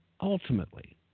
ultimately